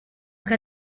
que